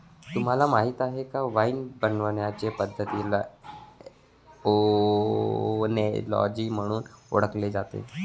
तुम्हाला माहीत आहे का वाइन बनवण्याचे पद्धतीला ओएनोलॉजी म्हणून ओळखले जाते